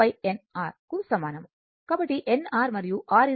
కాబట్టి n r మరియు r b 2 కు సమానం